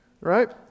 right